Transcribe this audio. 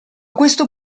questo